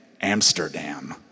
Amsterdam